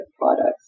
products